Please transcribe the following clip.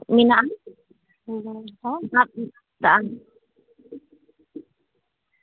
ᱢᱮᱱᱟᱜᱼᱟ